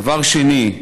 דבר שני,